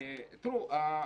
תודה.